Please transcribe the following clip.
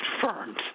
confirmed